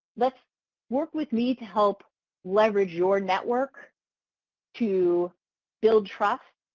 let's work with me to help leverage your network to build trust